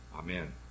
Amen